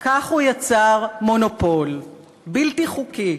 מונופול בלתי-חוקי.